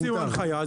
תוציאו הנחיה.